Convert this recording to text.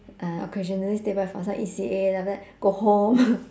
uh occasionally stay back for some E_C_A then after that go home